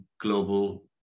global